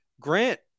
Grant